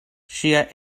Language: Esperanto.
ŝia